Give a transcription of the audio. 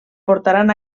portaran